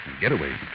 Getaway